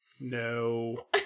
No